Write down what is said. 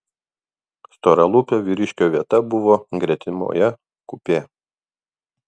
storalūpio vyriškio vieta buvo gretimoje kupė